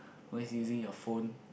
when is using your phone